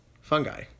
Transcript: Fungi